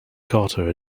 carter